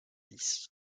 lisse